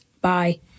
Bye